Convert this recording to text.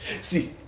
See